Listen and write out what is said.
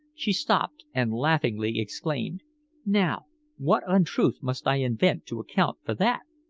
she stopped and laughingly exclaimed now what untruth must i invent to account for that?